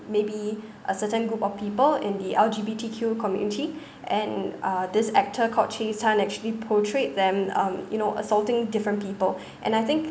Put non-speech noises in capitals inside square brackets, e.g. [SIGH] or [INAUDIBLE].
maybe [BREATH] a certain group of people in the L_G_B_T_Q community [BREATH] and uh this actor called chee san actually portrayed them um you know assaulting different people [BREATH] and I think